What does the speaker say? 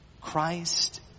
Christ